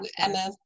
Emma